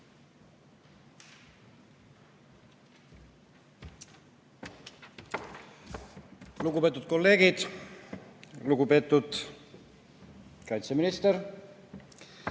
Lugupeetud kolleegid! Lugupeetud kaitseminister!